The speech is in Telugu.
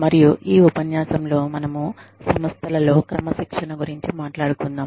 మరియు ఈ ఉపన్యాసంలో మనము సంస్థలలో క్రమశిక్షణ గురుంచి మాట్లాడుకుందాం